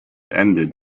ended